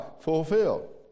fulfilled